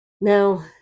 Now